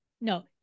no